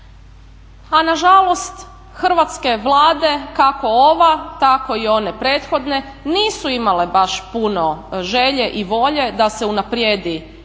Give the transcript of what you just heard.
a nažalost hrvatske vlade kako ova tako i one prethodne nisu imale baš puno želje i volje da se unaprijedi područje